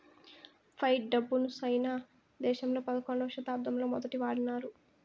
fight డబ్బును China దేశంలో పదకొండవ శతాబ్దంలో మొదటి వాడినారు